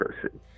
person